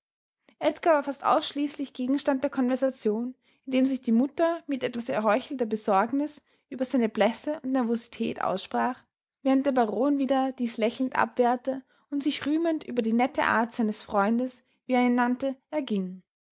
edgar war fast ausschließlich gegenstand der konversation indem sich die mutter mit etwas erheuchelter besorgnis über seine blässe und nervosität aussprach während der baron wieder dies lächelnd abwehrte und sich rühmend über die nette art seines freundes wie er ihn nannte erging